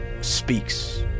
speaks